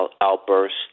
outbursts